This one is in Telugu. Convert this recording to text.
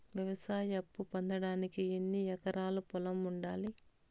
వ్యవసాయ అప్పు పొందడానికి ఎన్ని ఎకరాల పొలం ఉండాలి?